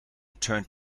turned